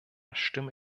stimme